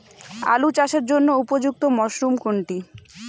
আলু চাষের জন্য উপযুক্ত মরশুম কোনটি?